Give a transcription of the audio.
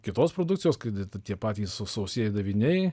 kitos produkcijos kad ir tie patys sausieji daviniai